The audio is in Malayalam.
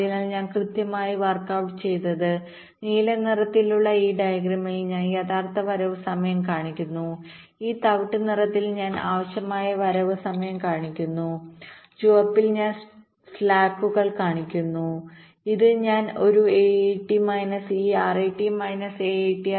അതിനാൽ ഞാൻ കൃത്യമായി വർക്ക് ഔട്ട് ചെയ്തത് നീല നിറത്തിലുള്ള ഈ ഡയഗ്രാമിൽ ഞാൻ യഥാർത്ഥ വരവ് സമയം കാണിക്കുന്നു ഈ തവിട്ട് നിറത്തിൽ ഞാൻ ആവശ്യമായ വരവ് സമയം കാണിക്കുന്നു ചുവപ്പിൽ ഞാൻ സ്ലാക്കുകൾ കാണിക്കുന്നു ഇത് ഒരു AAT മൈനസ് ഈ RAT മൈനസ് AAT